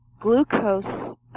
glucose